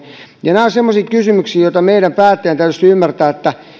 nämä ovat semmoisia kysymyksiä joita meidän päättäjien täytyisi ymmärtää